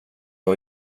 har